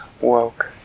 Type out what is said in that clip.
woke